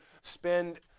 spend